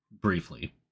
briefly